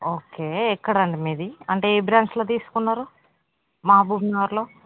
okay ఎక్కడండి మీది అంటే ఏ బ్రాంచ్లో తీసుకున్నారు మహబూబ్నగర్లో